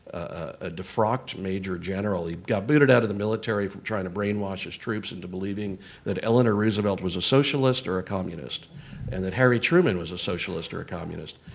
a defrocked major general. he got booted out of the military for trying to brainwash his troops into believing that eleanor roosevelt was a socialist or a communist and that harry truman was a socialist or communist.